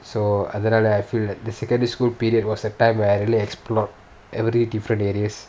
so அதுனால:athunaala I feel that the secondary school period was a time where I really explored every different areas